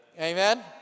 Amen